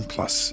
Plus